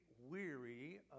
weary